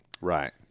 Right